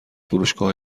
فروشگاه